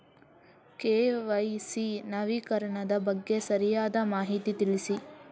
KYC ನವೀಕರಣದ ಬಗ್ಗೆ ಸರಿಯಾದ ಮಾಹಿತಿ ತಿಳಿಸಿ?